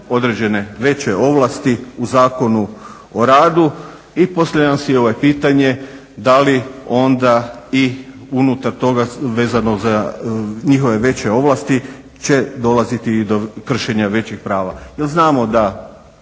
određene veće ovlasti u Zakonu o radu. I postavljam si pitanje da li onda i unutar toga vezano za njihove veće ovlasti će dolaziti i do kršenja većih prava.